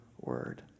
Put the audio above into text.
word